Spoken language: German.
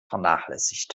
vernachlässigt